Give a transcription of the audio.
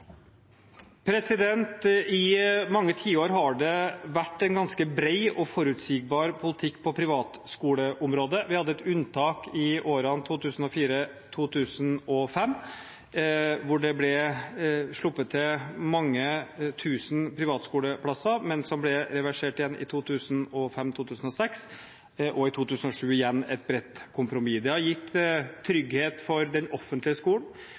omstilling. I mange tiår har det vært en ganske bred og forutsigbar politikk på privatskoleområdet. Vi hadde et unntak i årene 2004 og 2005, hvor det ble sluppet til mange tusen privatskoleplasser, men dette ble reversert igjen i 2005 og 2006, og det var igjen i 2007 et bredt kompromiss. Det har gitt trygghet for den offentlige skolen,